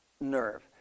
nerve